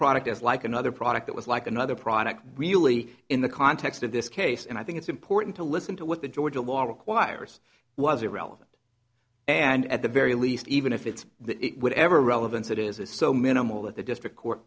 product is like another product that was like another product really in the context of this case and i think it's important to listen to what the georgia law requires was irrelevant and at the very least even if it's that it would ever relevance it is so minimal that the district court